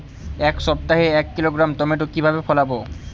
এক সপ্তাহে এক কিলোগ্রাম টমেটো কিভাবে ফলাবো?